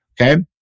Okay